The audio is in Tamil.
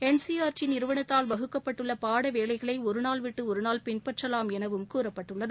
என்சிஆர்டி நிறுவனத்தால் வகுக்கப்பட்டுள்ள பாடவேளைகளை ஒருநாள் விட்டு ஒருநாள் பின்பற்றலாம் எனவும் கூறப்பட்டுள்ளது